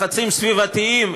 לחצים סביבתיים,